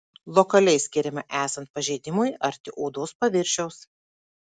lokaliai skiriama esant pažeidimui arti odos paviršiaus